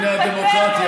אגב, בינתיים,